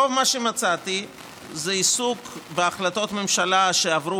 רוב מה שמצאתי זה עיסוק בהחלטות ממשלה שעברו